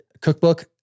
cookbook